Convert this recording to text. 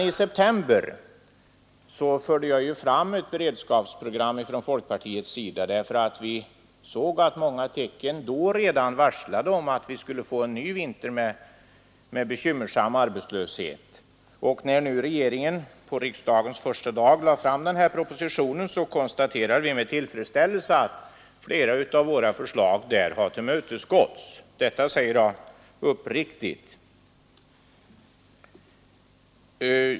I september hade jag fört fram ett beredskapsprogram från folkpartiet, eftersom vi redan då såg många tecken som varslade om en ny bekymmersam vinter med arbetslöshet. När därför regeringen på höstriksdagens första dag lade fram denna proposition kunde jag med uppriktig tillfredsställelse konstatera att flera av våra förslag blivit tillgodosedda.